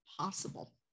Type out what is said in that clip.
possible